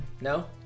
No